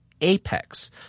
apex